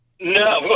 No